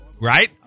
Right